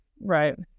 Right